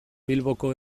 bilboko